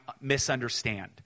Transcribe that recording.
misunderstand